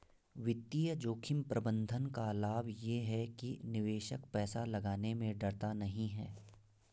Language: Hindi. वित्तीय जोखिम प्रबंधन का लाभ ये है कि निवेशक पैसा लगाने में डरता नहीं है